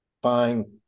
buying